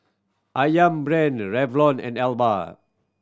Ayam Brand Revlon and Alba